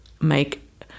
make –